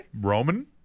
Roman